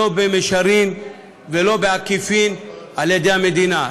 לא במישרין ולא בעקיפין, על ידי המדינה.